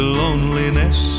loneliness